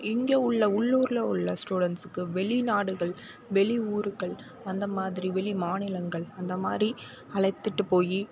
இங்கே உள்ள உள்ளூரில் உள்ள ஸ்டூடெண்ட்ஸுக்கு வெளி நாடுகள் வெளி ஊர்கள் அந்த மாதிரி வெளி மாநிலங்கள் அந்த மாதிரி அழைத்திட்டு போய்